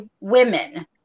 women